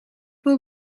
will